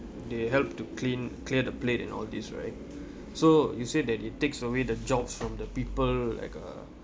they help to clean clear the plate and all these right so you said that it takes away the jobs from the people like a